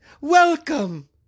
Welcome